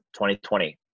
2020